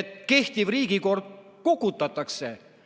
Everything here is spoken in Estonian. et kehtiv riigikord kukutatakse. Kui